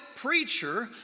preacher